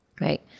right